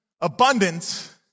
abundance